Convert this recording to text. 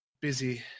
busy